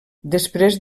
després